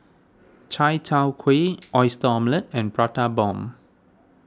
Chai Tow Kway Oyster Omelette and Prata Bomb